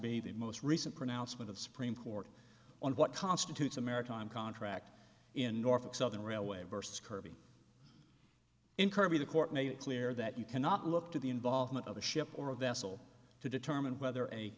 be the most recent pronouncement of supreme court on what constitutes a maritime contract in norfolk southern railway versus kirby incurred by the court made it clear that you cannot look to the involvement of a ship or a vessel to determine whether a